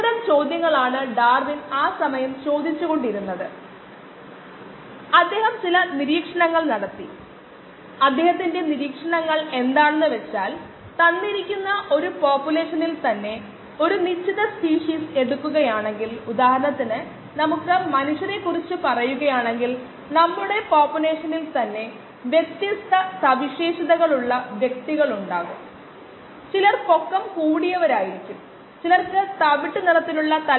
closed end problems problem സെൽവിങ്ങിനു ആവശ്യമായതെല്ലാം problem സ്റ്റേറ്റ്മെന്റ്ഇൽ നൽകിയിട്ടുണ്ട് അല്ലെങ്കിൽ നമ്മുടെ കുറിപ്പുകളിലെ മെറ്റീരിയലിലൂടെ അറിയാം